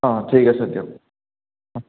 অঁ ঠিক আছে দিয়ক অঁ